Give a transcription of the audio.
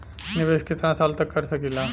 निवेश कितना साल तक कर सकीला?